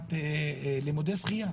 מבחינת לימודי שחייה.